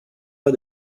pas